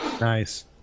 nice